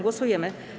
Głosujemy.